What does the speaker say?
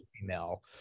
female